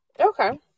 Okay